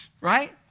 right